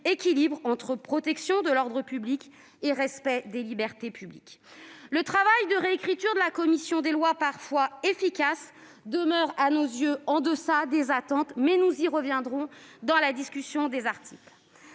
équilibre entre protection de l'ordre public et respect des libertés publiques. Le travail de réécriture de la commission des lois, parfois efficace, demeure à nos yeux bien en deçà des attentes ; nous y reviendrons au cours de la discussion des articles.